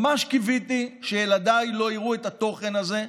ממש קיוויתי שילדיי לא יראו את התוכן הזה.